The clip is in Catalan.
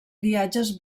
viatges